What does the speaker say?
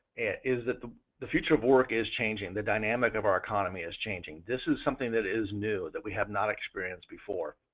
is that the the future of work is changing, the dynamic of our economic is changing. this is something that is new that we have not experienced before,